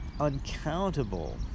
uncountable